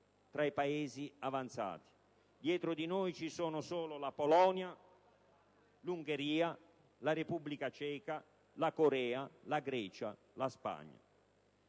tra i Paesi avanzati; dietro di noi ci sono solo la Polonia, l'Ungheria, la Repubblica Ceca, la Corea, la Grecia e la Spagna.